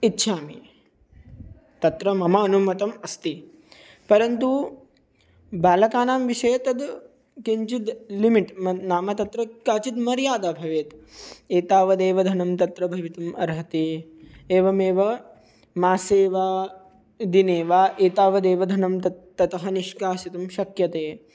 इच्छामि तत्र मम अनुमतम् अस्ति परन्तु बालकानां विषये तत् किञ्चित् लिमिट् नाम तत्र काचित् मर्यादा भवेत् एतावदेव धनं तत्र भवितुम् अर्हति एवमेव मासे वा दिने वा एतावदेव धनं ततः निष्कासितुं शक्यते